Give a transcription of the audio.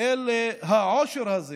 אל העושר הזה